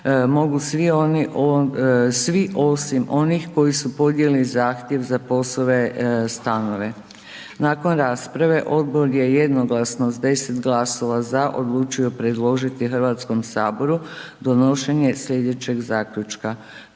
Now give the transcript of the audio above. svi osim onih koji su podnijeli zahtjev za POS-ove stanove. Nakon rasprave odbor je jednoglasno s 10 glasova za, odlučio predložiti Hrvatskom saboru donošenje slijedećeg zaključka.